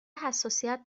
حساسیت